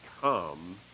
come